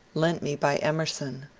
lent me by emerson,